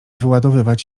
wyładowywać